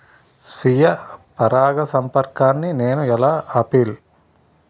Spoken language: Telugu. స్వీయ పరాగసంపర్కాన్ని నేను ఎలా ఆపిల్?